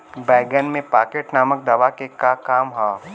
बैंगन में पॉकेट नामक दवा के का काम ह?